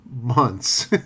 months